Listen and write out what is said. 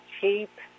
cheap